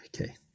Okay